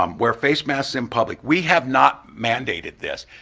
um wear face masks in public, we have not mandated this,